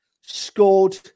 scored